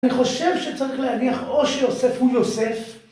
‫אני חושב שצריך להניח ‫או שיוסף הוא יוסף.